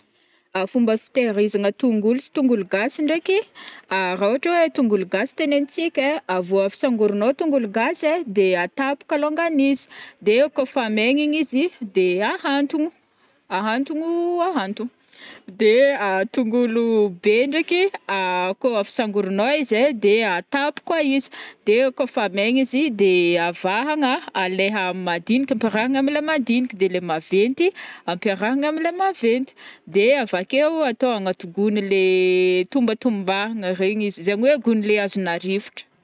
Fomba fitehirizagna tongolo sy tongolo gasy ndraiky, ra ôhatra oe tongolo gasy tenenintsika ai, vo avy sangorinao tongolo gasy ai, de atapy kalongany izy, de kô fa megny igny izy de ahantogno-ahantogno-ahantogno. De tongolo be ndraiky, ko avy sangorinao izy ai de atapy koa izy, de kô fa maigny izy de avahagna leha madigniky ampiarahagna amlai madiniky de le maventy ampiarahagna amlai maventy de avakeo atao anaty gony le tombatombahagna regny izy zegny oe gony le hazona rivotra.